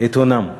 את הונם.